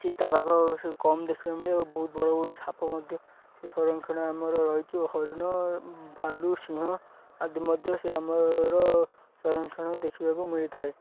ଚିତା ବାଘ ସେ କମ୍ ଦେଖିବାକୁ ମିଳେ ବହୁତ ବଡ଼ ବଡ଼ ସାପ ମଧ୍ୟ ସେ ସଂରକ୍ଷଣ ଆମର ରହିଛି ହରିଣ ଭାଲୁ ସିଂହ ଆଦି ମଧ୍ୟ ସେ ଆମର ସଂରକ୍ଷଣ ଦେଖିବାକୁ ମିଳିଥାଏ